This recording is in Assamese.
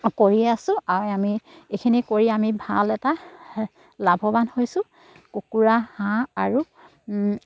কৰিয়ে আছো আৰু আমি এইখিনি কৰি আমি ভাল এটা লাভৱান হৈছোঁ কুকুৰা হাঁহ আৰু